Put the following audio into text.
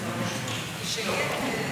גברתי השרה,